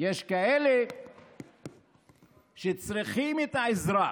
יש כאלה שצריכים את העזרה.